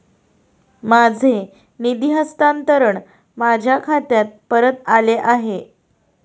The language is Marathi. माझे निधी हस्तांतरण माझ्या खात्यात परत आले आहे